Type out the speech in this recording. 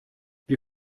wir